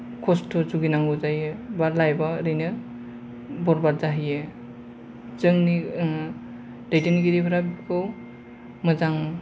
कस्त' भुगिनांगौ जायो दा लाइभआ ओरैनो बरबाद जाहैयो जोंनि ओम दैदेनगिरिफोरा बेखौ मोजां